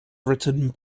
written